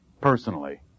personally